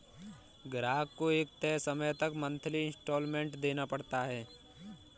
ग्राहक को एक तय समय तक मंथली इंस्टॉल्मेंट देना पड़ता है